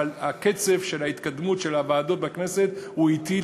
אבל קצב ההתקדמות של הוועדות בכנסת הוא אטי,